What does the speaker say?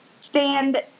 stand